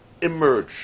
emerge